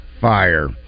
fire